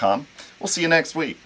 com we'll see you next week